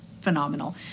phenomenal